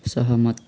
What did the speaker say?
सहमत